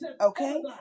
okay